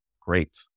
great